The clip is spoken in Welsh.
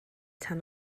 tan